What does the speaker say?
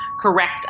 correct